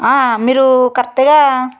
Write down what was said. మీరు కరెక్ట్గా